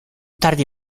tardi